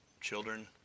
children